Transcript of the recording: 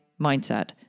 mindset